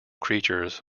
creatures